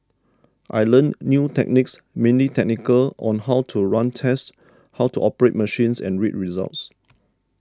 I learnt new techniques mainly technical on how to run tests how to operate machines and read results